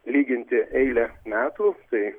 lyginti eilę metų tai